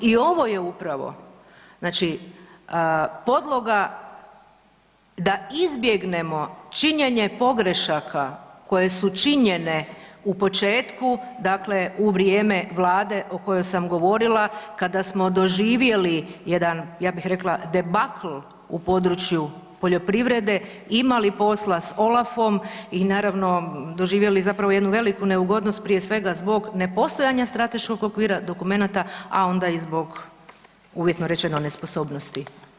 I ovo je upravo znači podloga da izbjegnemo činjenje pogrešaka koje su činjene u početku dakle u vrijeme vlade o kojoj sam govorila kada smo doživjeli jedan ja bih rekla debakl u području poljoprivrede, imali posla s OLAF-om i naravno doživjeli zapravo jednu veliku neugodnost prije svega zbog nepostojanja strateškog okvira, dokumenata, a onda i zbog uvjetno rečeno nesposobnosti.